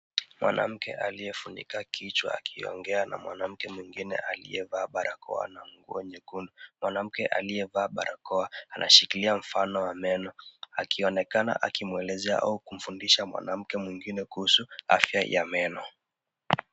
Mwanamke aliyefunika kichwa akiongea na mwanamke mwingine aliyevaa barakoa na nguo nyekundu. Mwanamke akiyevaa barakoa anashikilia mfano wa meno akionekana akielezea au kumfundisha mwanamke mwingine kuhusu afya ya meno.